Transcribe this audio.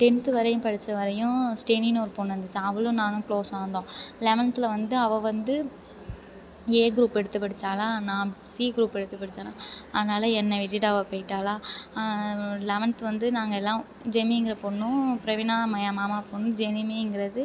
tenth வரையும் படித்த வரையும் ஸ்டெனின்னு ஒரு பொண்ணு இருந்துச்சு அவளும் நானும் குளோஸா இருந்தோம் லெவன்த்தில் வந்து அவள் வந்து ஏ க்ரூப் எடுத்துப் படித்தாளா நான் சி க்ரூப் எடுத்துப் படித்தேனா அதனால என்னை விட்டுட்டு அவள் போயிட்டாளா அதனால் லெவன்த் வந்து நாங்கள் எல்லாம் ஜெமிங்கிற பொண்ணும் பிரவீனா மா என் மாமா பொண்ணு ஜெனிமிங்கிறது